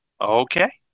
Okay